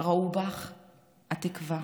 ראו בך את התקווה.